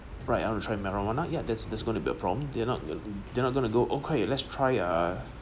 right I want to try marijuana yeah that's that's gonna be a problem they're not they're not going to go okay let's try uh